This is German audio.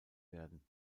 werden